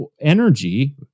energy